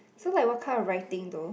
so like what kind of writing though